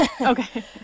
okay